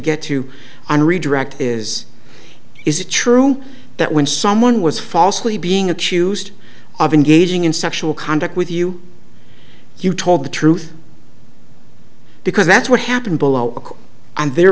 get to on redirect is is it true that when someone was falsely being accused of engaging in sexual conduct with you you told the truth because that's what happened below and their